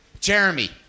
Jeremy